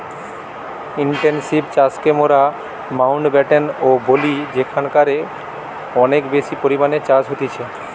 intensive চাষকে মোরা Mountbatten ও বলি যেখানকারে অনেক বেশি পরিমাণে চাষ হতিছে